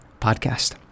podcast